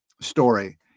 story